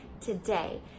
today